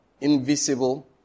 invisible